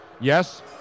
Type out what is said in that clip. Yes